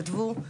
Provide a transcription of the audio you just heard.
כתבו,